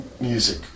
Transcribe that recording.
music